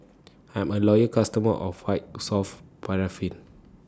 I'm A Loyal customer of White Soft Paraffin